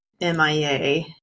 MIA